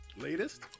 Latest